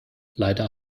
leider